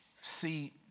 See